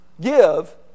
give